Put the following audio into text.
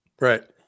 Right